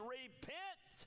repent